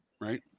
right